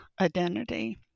identity